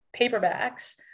paperbacks